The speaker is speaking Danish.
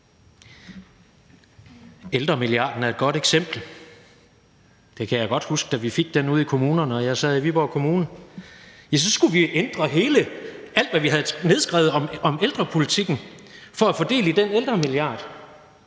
Ældremilliarden er et godt eksempel. Jeg kan godt huske, da vi fik den i kommunerne og jeg sad i Viborg Kommune. Så skulle vi ændre alt, hvad vi havde nedskrevet om ældrepolitikken, for at få del i den ældremilliard.